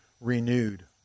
renewed